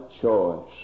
choice